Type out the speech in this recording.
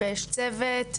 יש צוות דורון,